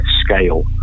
scale